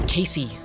Casey